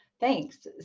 thanks